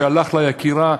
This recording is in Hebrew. שהלך לה יקירה,